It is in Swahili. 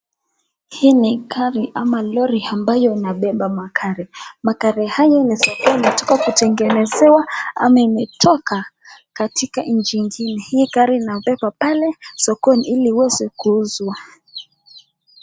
Hii ni gari ama lori ambayo inabeba magari. Magari haya yanaweza kutengenezewa ama imetoka katika nchi nyingine. Hii gari inabeba pale sokoni ili uweze kuuzwa.